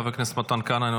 חבר הכנסת מתן כהנא,